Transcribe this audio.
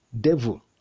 devil